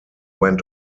went